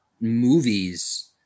movies